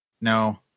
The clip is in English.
No